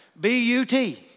B-U-T